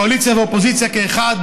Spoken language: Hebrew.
קואליציה ואופוזיציה כאחד,